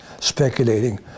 speculating